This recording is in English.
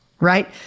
Right